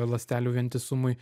ląstelių vientisumui